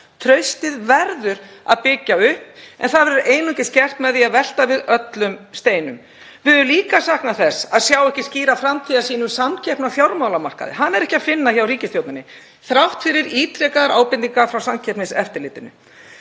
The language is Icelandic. Traustið verður að byggja upp en það verður einungis gert með því að velta við öllum steinum. Við höfum líka saknað þess að sjá ekki skýra framtíðarsýn um samkeppni á fjármálamarkaði. Hana er ekki að finna hjá ríkisstjórninni þrátt fyrir ítrekaðar ábendingar frá Samkeppniseftirlitinu.